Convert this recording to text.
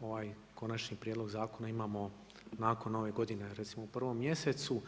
ovaj konačni Prijedlog zakona imamo nakon ove godine recimo u 1. mjesecu.